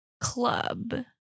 club